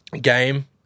game